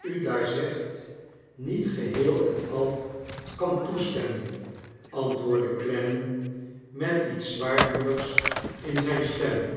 u daar zegt niet geheel en al kan toesteinmem antwoordde clennam met iet s zwaarmoedigs in zijn stem